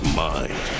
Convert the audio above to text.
mind